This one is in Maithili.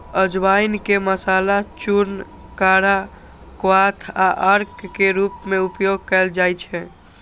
अजवाइन के मसाला, चूर्ण, काढ़ा, क्वाथ आ अर्क के रूप मे उपयोग कैल जाइ छै